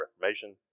Reformation